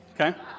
okay